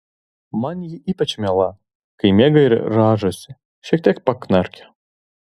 man ji ypač miela kai miega ir rąžosi šiek tiek paknarkia